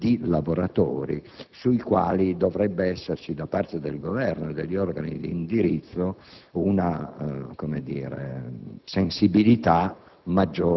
dei lavoratori, verso i quali dovrebbe esserci, da parte del Governo e degli organi di indirizzo, una sensibilità